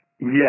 Yes